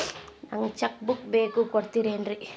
ನಂಗ cheque book ಬೇಕು ಕೊಡ್ತಿರೇನ್ರಿ?